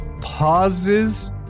pauses